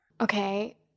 Okay